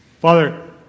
Father